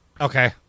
Okay